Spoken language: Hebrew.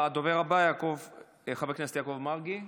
הדובר הבא, חבר הכנסת יעקב מרגי,